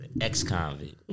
ex-convict